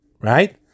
Right